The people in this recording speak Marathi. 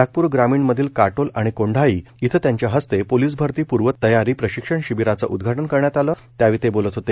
नागपूर ग्रामीण मधील काटोल आणि कोंढाळी इथं त्यांच्या हस्ते पोलीस भरती पूर्वतयारी प्रशिक्षण शिबिराचं उद्वाटन करण्यात आलं त्यावेळी ते बोलत होते